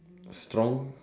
strong